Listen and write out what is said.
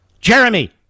Jeremy